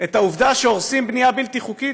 את העובדה שהורסים בנייה בלתי חוקית?